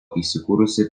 įsikūrusi